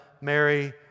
Mary